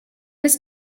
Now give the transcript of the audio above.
his